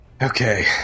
Okay